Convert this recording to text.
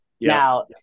Now